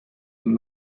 and